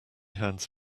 hands